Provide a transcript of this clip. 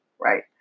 right